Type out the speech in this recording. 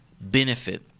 benefit